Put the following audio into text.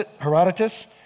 Herodotus